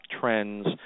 trends